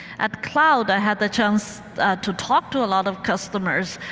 at cloud i had the chance to talk to a lot of customers.